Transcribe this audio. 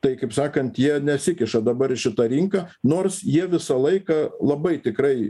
tai kaip sakant jie nesikiša dabar į šitą rinką nors jie visą laiką labai tikrai